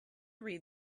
read